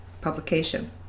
publication